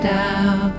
down